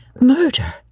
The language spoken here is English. Murder